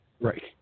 Right